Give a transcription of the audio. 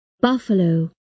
Buffalo